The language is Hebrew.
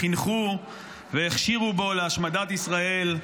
חינכו והכשירו בו להשמדת ישראל,